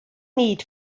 need